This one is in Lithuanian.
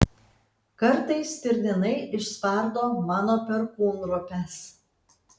kartais stirninai išspardo mano perkūnropes